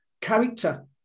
character